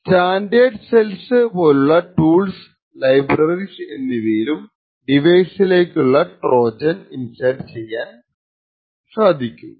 standard cells പോലുള്ള tools libraries എന്നിവയും ഡിവൈസിലേക്കു ട്രോജൻ ഇൻസേർട്ട് ചെയ്യാൻ ഫോഴ്സ് ചെയ്യപ്പെടാം